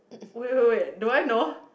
wait wait wait do I know